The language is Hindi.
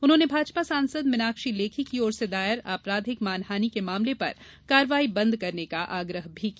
उन्होंने भाजपा सांसद मीनाक्षी लेखी की ओर से दायर आपराधिक मानहानि के मामले पर कार्रवाई बंद करने का आग्रह भी किया